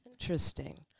Interesting